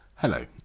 Hello